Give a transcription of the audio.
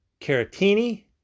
Caratini